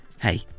hey